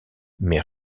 mais